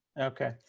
okay.